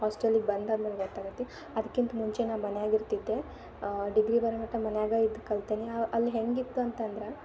ಹಾಸ್ಟೆಲಿಗೆ ಬಂದಾದ್ಮೇಲೆ ಗೊತ್ತಾಗೈತಿ ಅದ್ಕಿಂತ ಮುಂಚೆ ನಾ ಮನ್ಯಾಗ ಇರ್ತಿದ್ದೆ ಡಿಗ್ರಿ ಬರೋಮಟ ಮನೆಯಾಗ ಇದು ಕಲ್ತೇನಿ ಅವು ಅಲ್ಲಿ ಹೇಗಿತ್ತು ಅಂತಂದ್ರೆ